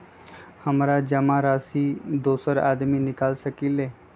हमरा जमा राशि दोसर आदमी निकाल सकील?